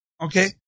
Okay